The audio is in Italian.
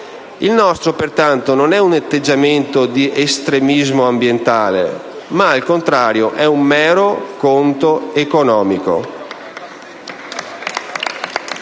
il nostro non è un atteggiamento di estremismo ambientale, ma al contrario è un mero conto economico.